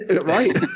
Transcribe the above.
Right